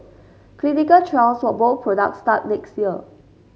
clinical trials for both products start next year